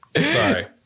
sorry